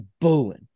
booing